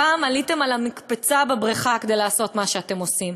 הפעם עליתם על המקפצה בבריכה כדי לעשות את מה שאתם עושים.